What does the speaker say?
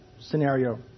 scenario